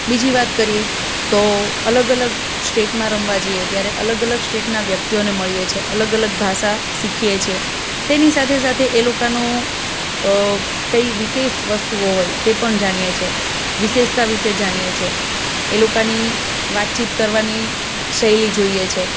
બીજી વાત કરીએ તો અલગ અલગ સ્ટેટમાં રમવા જઈએ ત્યારે અલગ અલગ સ્ટેટનાં વ્યક્તિઓને મળીએ છીએ અલગ અલગ ભાષા શીખીએ છીએ તેની સાથે સાથે એ લોકોનું કંઈ વિશેષ વસ્તુઓ હોય તે પણ જાણીએ છે વિશેષતા વિશે જાણીએ છીએ એ લોકાની વાતચીત કરવાની શૈલી જોઈએ છે